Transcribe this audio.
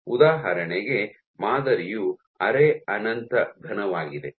ಉದಾಹರಣೆಗೆ ಮಾದರಿಯು ಅರೆ ಅನಂತ ಘನವಾಗಿದೆ